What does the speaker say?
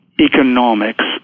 economics